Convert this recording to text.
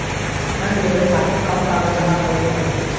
ऋण लेवे खातिर कौन कागज जमा करे के पड़ी?